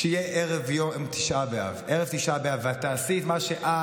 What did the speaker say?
כשיהיה ערב יום תשעה באב ואת תעשי את מה שאת,